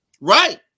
Right